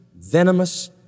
venomous